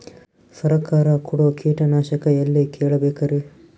ಸರಕಾರ ಕೊಡೋ ಕೀಟನಾಶಕ ಎಳ್ಳಿ ಕೇಳ ಬೇಕರಿ?